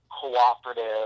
Cooperative